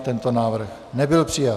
Tento návrh nebyl přijat.